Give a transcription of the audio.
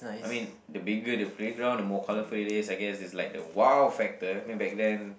I mean the bigger the playground the more colorful it is I guess it's like the !wow! factor then back then